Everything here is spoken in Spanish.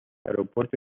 aeropuerto